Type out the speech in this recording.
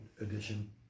edition